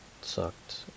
sucked